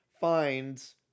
finds